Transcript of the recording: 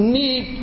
need